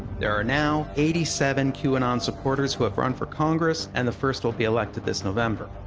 there are now eighty seven qanon supporters who have run for congress, and the first will be elected this november.